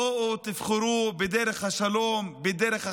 בואו תבחרו בדרך השלום, בדרך החיים,